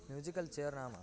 musical chair नाम